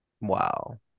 Wow